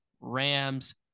Rams